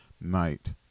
night